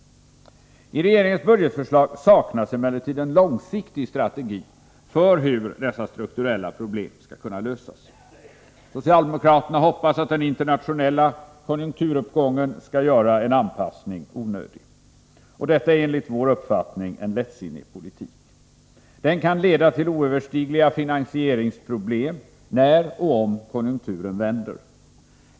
I regeringens budgetförslag saknas emellertid en långsiktig strategi för hur dessa strukturella problem skall kunna lösas. Socialdemokraterna hoppas att den internationella konjunkturuppgången skall göra en anpassning onödig. Detta är enligt vår uppfattning en lättsinnig politik. Den kan leda till oöverstigliga finansieringsproblem när och om konjunkturen vänder.